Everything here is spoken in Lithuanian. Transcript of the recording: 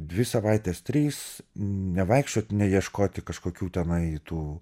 dvi savaites trys nevaikščiot neieškoti kažkokių tenai tų